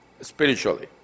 spiritually